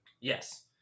Yes